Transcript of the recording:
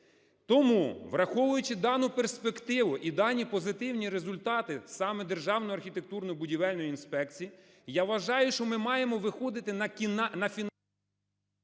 Тому, враховуючи дану перспективу і дані позитивні результати саме Державної архітектурно-будівельної інспекції, я вважаю, що ми маємо виходити… ГОЛОВУЮЧИЙ.